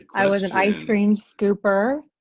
i was an ice cream scooper.